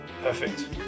Perfect